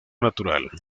natural